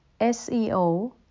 SEO